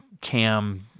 cam